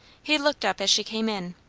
he looked up as she came in.